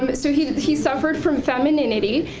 um but so he he suffered from femininity,